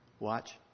Watch